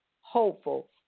hopeful